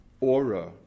aura